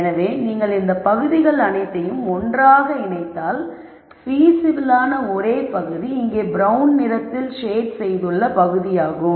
எனவே நீங்கள் இந்த பகுதிகள் அனைத்தையும் ஒன்றாக இணைத்தால் பீசிபிலான ஒரே பகுதி இங்கே பிரவுன் நிறத்தில் சேட் செய்துள்ள பகுதியாகும்